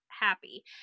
happy